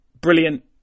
brilliant